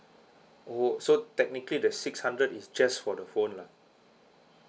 oh so technically the six hundred is just for the phone lah